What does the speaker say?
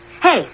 Hey